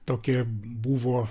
tokia buvo